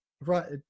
right